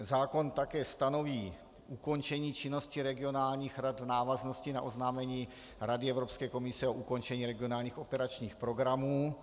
Zákon také stanoví ukončení činnosti regionálních rad v návaznosti na oznámení Rady Evropské komise o ukončení regionálních operačních programů.